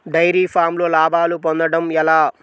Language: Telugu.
డైరి ఫామ్లో లాభాలు పొందడం ఎలా?